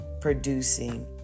producing